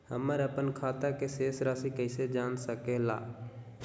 हमर अपन खाता के शेष रासि कैसे जान सके ला?